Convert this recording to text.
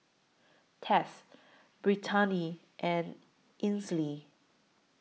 Tess Brittani and Ainsley